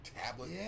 tablet